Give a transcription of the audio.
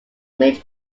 made